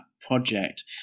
project